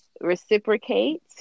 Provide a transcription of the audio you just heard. reciprocate